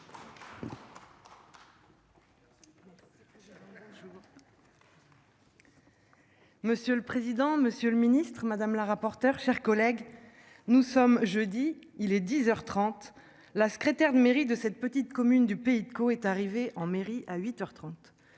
Monsieur le président, Monsieur le Ministre Madame la rapporteure chers collègues nous sommes jeudi. Il est 10h 30. La secrétaire de mairie de cette petite commune du Pays de Caux est arrivé en mairie à